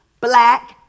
black